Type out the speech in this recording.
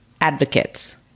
advocates